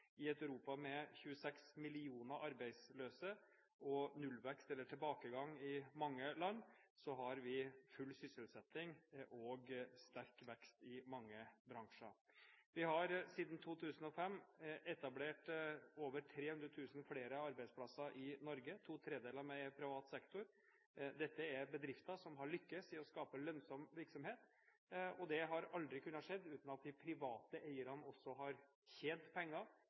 I et Europa med 26 millioner arbeidsløse og nullvekst eller tilbakegang i mange land har vi full sysselsetting og sterk vekst i mange bransjer. Vi har siden 2005 etablert over 300 000 flere arbeidsplasser i Norge, og to tredjedeler av dem er i privat sektor. Dette er bedrifter som har lyktes i å skape lønnsom virksomhet, og det hadde aldri kunnet skje uten at de private eierne også hadde tjent penger,